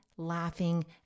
laughing